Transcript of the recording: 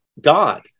God